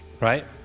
right